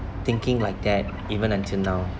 thinking like that even until now